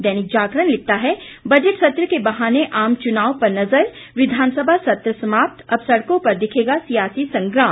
दैनिक जागरण लिखता है बजट सत्र के बहाने आम चुनाम पर नजर विधानसभा सत्र समाप्त अब सड़कों पर दिखेगा सियासी संग्राम